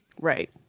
Right